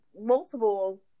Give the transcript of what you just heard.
multiple